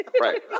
Right